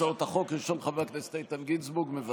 הראשון, חבר הכנסת איתן גינזבורג, מוותר,